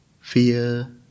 fear